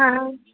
हाँ